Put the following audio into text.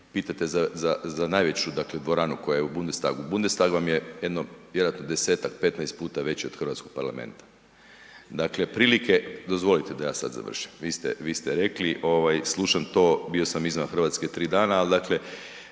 pitate za najveću dvoranu koja je u Bundestagu. Bundestag vam je jedno vjerojatno 10-tak, 15 puta veći od hrvatskog parlamenta. Dakle, prilike, dozvolite da ja sad završim, vi ste rekli, slušam to, bio sam izvan Hrvatske 3 dana, ali dakle